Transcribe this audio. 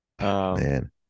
man